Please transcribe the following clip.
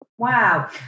Wow